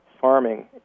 farming